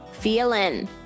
feeling